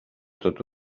tota